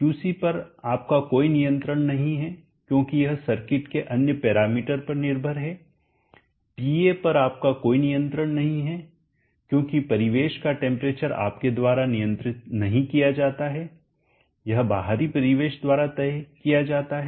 QC पर आपका कोई नियंत्रण नहीं है क्योंकि यह सर्किट के अन्य पैरामीटर पर निर्भर है टीए पर आपका कोई नियंत्रण नहीं है क्योंकि परिवेश का टेंपरेचर आपके द्वारा नियंत्रित नहीं किया जाता है यह बाहरी परिवेश द्वारा तय किया जाता है